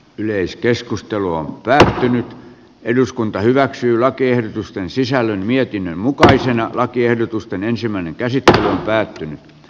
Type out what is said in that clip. yleiskeskustelua väsähti eduskunta hyväksyy lakiehdotusten sisällön mietinnön mukaisena lakiehdotusten ensimmäinen käsittely on kuntoon